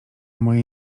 mojej